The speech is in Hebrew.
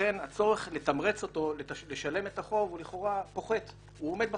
ולכן הצורך לתמרץ אותו לשלם את החוב לכאורה פוחת הוא עומד בתשלומים,